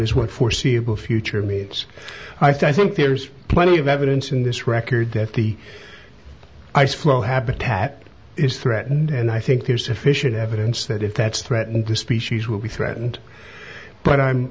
on is what foreseeable future meets i think there's plenty of evidence in this record that the ice floe habitat is threatened and i think there's sufficient evidence that if that's threatened the species will be threatened but i'm